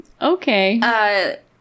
Okay